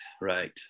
right